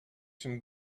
some